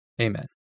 Amen